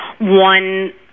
one